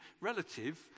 relative